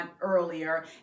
Earlier